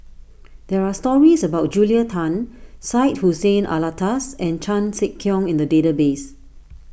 there are stories about Julia Tan Syed Hussein Alatas and Chan Sek Keong in the database